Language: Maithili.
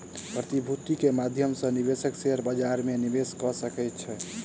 प्रतिभूति के माध्यम सॅ निवेशक शेयर बजार में निवेश कअ सकै छै